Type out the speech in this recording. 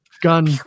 Gun